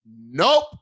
Nope